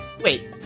Wait